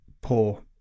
poor